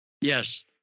Yes